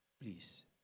please